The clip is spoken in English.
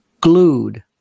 Glued